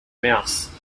mouse